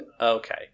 okay